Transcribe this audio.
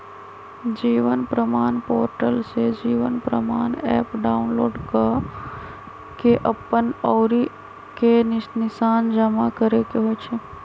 जीवन प्रमाण पोर्टल से Jeevan Pramaan app download कऽ के अप्पन अँउरी के निशान जमा करेके होइ छइ